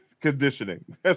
conditioning